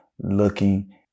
looking